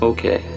Okay